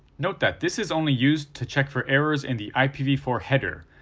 note that this is only used to check for errors in the i p v four header,